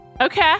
Okay